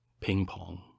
Ping-pong